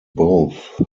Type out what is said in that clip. both